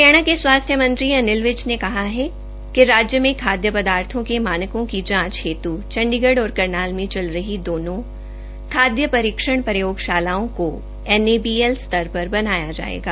हरियाणा के स्वास्थ्य मंत्री श्री अनिल विज के कहा कि राज्य में खाद्य पदार्थों के मानकों की जांच हेतु चण्डीगढ और करनाल में चल रही दोनों खाद्य परीक्षण प्रयोगशालाओं को एनएबीएल स्तर पर बनाया जायेगा